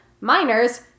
miners